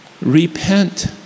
repent